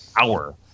hour